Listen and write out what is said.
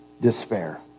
despair